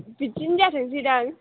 बिदिनो जाथोंसै दां